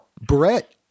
Brett